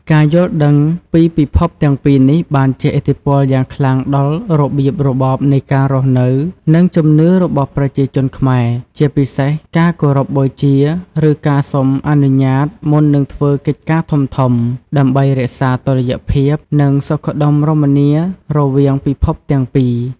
ការយល់ដឹងអំពីពិភពទាំងពីរនេះបានជះឥទ្ធិពលយ៉ាងខ្លាំងដល់របៀបរបបនៃការរស់នៅ និងជំនឿរបស់ប្រជាជនខ្មែរ ជាពិសេសការគោរពបូជា ឬការសុំអនុញ្ញាតមុននឹងធ្វើកិច្ចការធំៗ ដើម្បីរក្សាតុល្យភាព និងសុខដុមរមនារវាងពិភពទាំងពីរ។